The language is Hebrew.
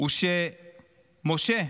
הוא שמשה,